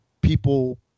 people